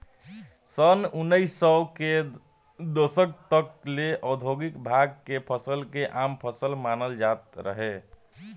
सन उनऽइस सौ के दशक तक ले औधोगिक भांग के फसल के आम फसल मानल जात रहे